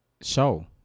show